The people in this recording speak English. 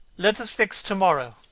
let us fix to-morrow.